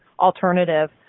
alternative